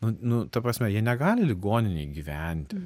nu nu ta prasme jie negali ligoninėj gyventi